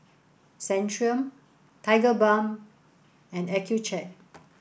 Centrum Tigerbalm and Accucheck